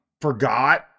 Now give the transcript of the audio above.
forgot